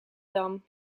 dam